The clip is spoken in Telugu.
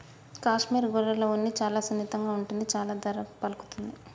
కాశ్మీర్ గొర్రెల ఉన్ని చాలా సున్నితంగా ఉంటుంది చాలా ధర పలుకుతుంది